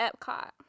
Epcot